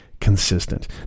consistent